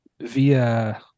via